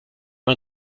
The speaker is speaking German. man